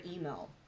email